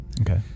Okay